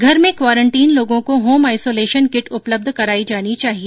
घर में क्वारंटीन लोगों को होम आइसोलेशन किट उपलब्ध करायी जानी चाहिए